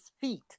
feet